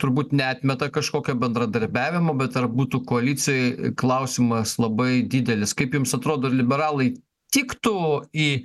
turbūt neatmeta kažkokio bendradarbiavimo bet ar būtų koalicijoj klausimas labai didelis kaip jums atrodo ar liberalai tiktų į